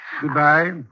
Goodbye